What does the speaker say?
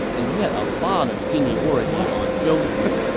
and he had a lot of seniority on zhou yu.